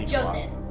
Joseph